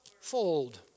fold